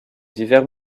divers